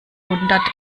hundert